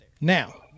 Now